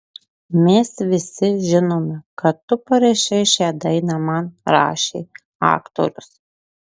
mes visi žinome kad tu parašei šią dainą man rašė aktorius